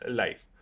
life